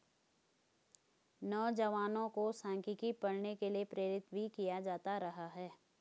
नौजवानों को सांख्यिकी पढ़ने के लिये प्रेरित भी किया जाता रहा है